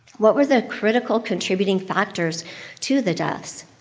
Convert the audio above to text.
what were the critical contributing factors to the deaths?